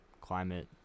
climate